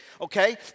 Okay